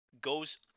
goes